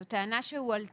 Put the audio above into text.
זאת טענה שהועלתה